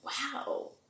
Wow